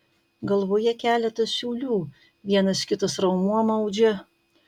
galvoje keletas siūlių vienas kitas raumuo maudžia